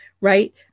right